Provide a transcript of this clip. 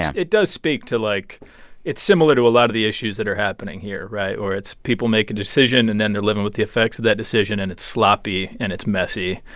it does speak to, like it's similar to a lot of the issues that are happening here right? where it's people make a decision, and then they're living with the effects of that decision. and it's sloppy. and it's messy.